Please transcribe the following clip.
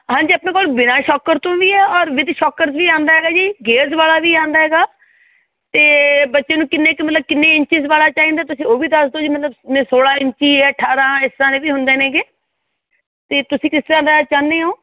ਹਾਂਜੀ ਆਪਣੇ ਕੋਲ ਬਿਨਾਂ ਛੋਕਰ ਤੋਂ ਵੀ ਹੈ ਔਰ ਵਿਦ ਛੋਕਰਸ ਵੀ ਆਉਂਦਾ ਹੈਗਾ ਜੀ ਗੇਅਰਸ ਵਾਲਾ ਵੀ ਆਉਂਦਾ ਹੈਗਾ ਅਤੇ ਬੱਚੇ ਨੂੰ ਕਿੰਨੇ ਕੁ ਮਤਲਬ ਕਿੰਨੇ ਇੰਚਸ ਵਾਲਾ ਚਾਹੀਦਾ ਤੁਸੀਂ ਉਹ ਵੀ ਦੱਸ ਦਿਉ ਜੀ ਮਤਲਬ ਮੈਂ ਸੌਲਾਂ ਇੰਚੀ ਆ ਅਠਾਰਾਂ ਇਸ ਤਰ੍ਹਾਂ ਨੇ ਵੀ ਹੁੰਦੇ ਨੇਗੇ ਅਤੇ ਤੁਸੀਂ ਕਿਸ ਤਰ੍ਹਾਂ ਦਾ ਚਾਹੁੰਦੇ ਹੋ